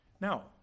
Now